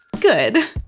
Good